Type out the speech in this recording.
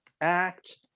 act